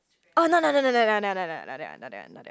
oh no no no no no no no not that one not that one not